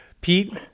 Pete